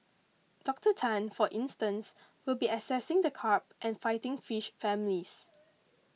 Docter Tan for instance will be assessing the carp and fighting fish families